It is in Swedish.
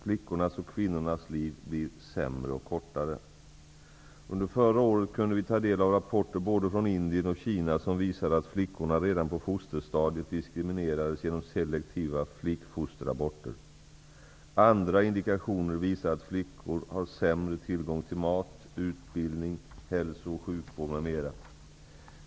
Flickornas och kvinnornas liv blir sämre och kortare. Under förra året kunde vi ta del av rapporter både från Indien och Kina som visade att flickorna redan på fosterstadiet diskrimineras genom selektiva flickfosteraborter. Andra indikationer visar att flickor har sämre tillgång till mat, utbildning, hälsooch sjukvård m.m.